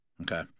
Okay